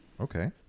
Okay